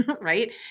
right